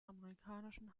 amerikanischen